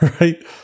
Right